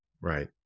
Right